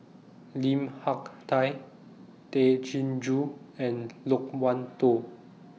Lim Hak Tai Tay Chin Joo and Loke Wan Tho